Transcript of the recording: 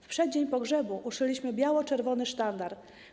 W przeddzień pogrzebu uszyliśmy biało-czerwony sztandar.